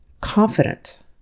confident